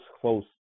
close